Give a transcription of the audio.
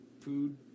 food